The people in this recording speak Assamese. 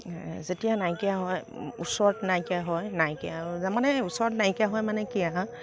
যেতিয়া নাইকিয়া হয় ওচৰত নাইকিয়া হয় নাইকিয়া মানে ওচৰত নাইকিয়া হয় মানে কি আৰু